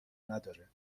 نداره